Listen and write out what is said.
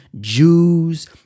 Jews